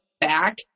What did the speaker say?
back